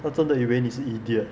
他真的以为你 stupid idiot